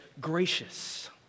gracious